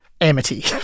Amity